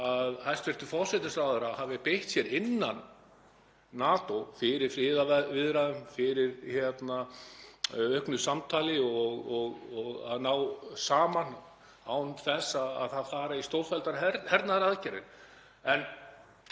að hæstv. forsætisráðherra hafi beitt sér innan NATO fyrir friðarviðræðum, fyrir auknu samtali og að ná saman án þess að fara í stórfelldar hernaðaraðgerðir.